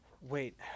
wait